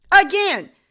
Again